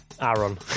Aaron